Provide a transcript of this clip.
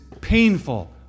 painful